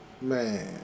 Man